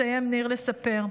מסיים ניר לספר.